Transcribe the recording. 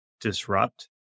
disrupt